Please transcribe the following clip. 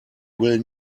will